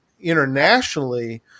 internationally